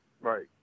right